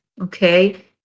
okay